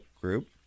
group